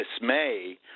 dismay